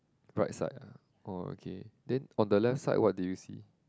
right side ah oh okay then on the left side what do you see